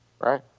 Right